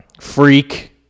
freak